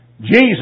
Jesus